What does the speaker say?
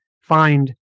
find